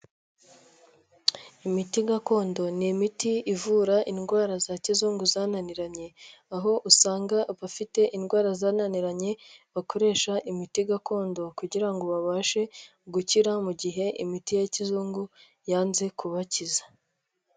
Imiti gakondo ni imiti ivura indwara za kizungu zananiranye, aho usanga abafite indwara zananiranye bakoresha imiti gakondo kugira ngo babashe gukira, mu gihe imiti ya kizungu yanze kubakiza.